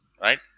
Right